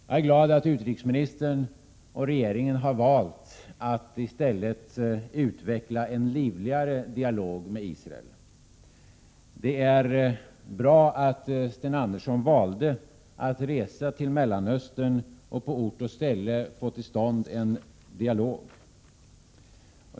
Jag är glad över att utrikesministern och regeringen har valt att i stället utveckla en livligare dialog med Israel. Det är bra att Sten Andersson valde att resa till Mellanöstern och på ort och ställe få till stånd en dialog.